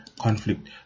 conflict